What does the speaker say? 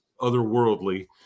otherworldly